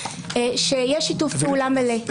שיש שיתוף פעולה מלא.